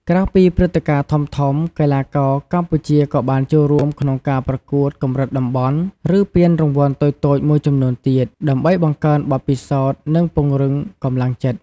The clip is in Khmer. ក្រៅពីព្រឹត្តិការណ៍ធំៗ កីឡាករកម្ពុជាក៏បានចូលរួមក្នុងការប្រកួតកម្រិតតំបន់ ឬពានរង្វាន់តូចៗមួយចំនួនទៀត ដើម្បីបង្កើនបទពិសោធន៍ និងពង្រឹងកម្លាំងចិត្ត។